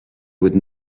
would